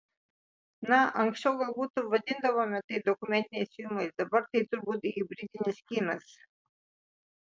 na anksčiau galbūt vadindavome tai dokumentiniais filmais dabar tai turbūt hibridinis kinas